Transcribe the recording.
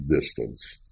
distance